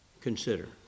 consider